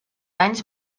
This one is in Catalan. anys